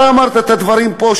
אתה אמרת את הדברים פה,